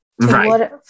Right